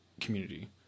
community